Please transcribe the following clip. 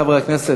חברי חברי הכנסת,